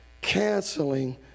canceling